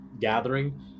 gathering